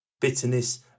bitterness